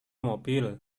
mobil